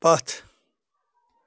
پَتھ